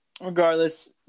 regardless